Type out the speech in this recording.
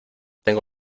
tengo